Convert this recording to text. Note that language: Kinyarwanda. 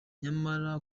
nyamara